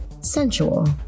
sensual